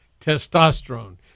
testosterone